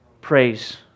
praise